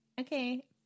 Okay